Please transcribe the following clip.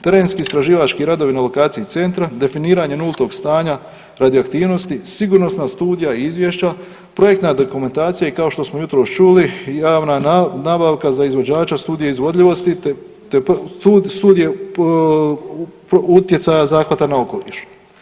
Terenski istraživački radovi na lokaciji centra, definiranje nultog stanja radioaktivnosti, sigurnosna studija i izvješća, projektna dokumentacija i kao što smo jutros čuli, javna nabavka za izvođača studija izvodljivosti te studije utjecaja zahvata na okoliš.